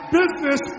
business